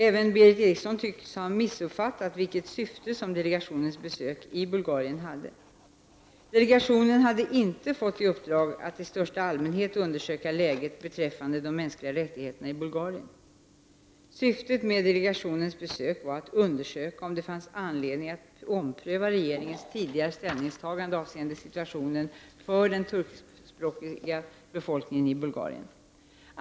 Även Berith Eriksson tycks ha missuppfattat vilket syfte som delegationens besök i Bulgarien hade. Delegationen hade inte fått i uppdrag att i största allmänhet undersöka läget beträffande de mänskliga rättigheterna i Bulgarien. Syftet med delegationens besök var att undersöka om det fanns anledning att ompröva regeringens tidigare ställningstagande avseende situationen för den turkiskspråkiga befolkningsgruppen i Bulgarien.